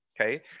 okay